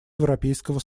европейского